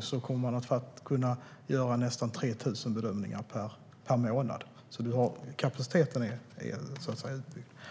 snart kommer man att kunna göra nästan 3 000 bedömningar per månad. Kapaciteten är alltså utbyggd.